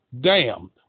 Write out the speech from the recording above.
damned